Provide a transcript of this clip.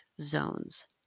zones